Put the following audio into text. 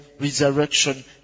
resurrection